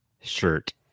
shirt